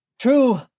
True